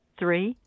three